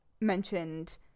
mentioned